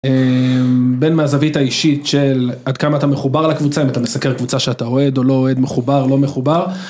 בין מהזווית האישית של עד כמה אתה מחובר לקבוצה אם אתה מסקר קבוצה שאתה רועד או לא רועד מחובר לא מחובר.